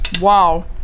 Wow